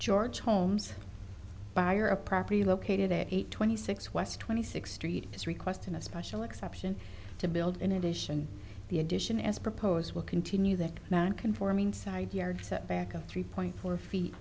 george holmes buyer of property located eight hundred twenty six west twenty sixth street is requesting a special exception to build in addition the addition as proposed will continue that non conforming side yard setback of three point four feet